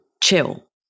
chill